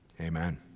amen